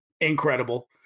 incredible